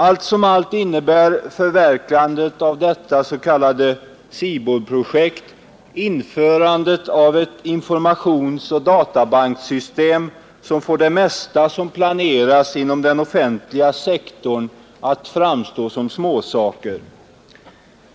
Allt som allt innebär förverkligandet av detta s.k. SIBOL-projekt införande av ett informationsoch databankssystem som får det mesta som planeras inom den offentliga sektorn att framstå som småsaker.